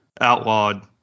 outlawed